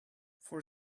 for